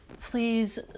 please